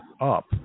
up